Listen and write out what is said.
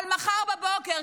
אבל מחר בבוקר,